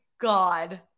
God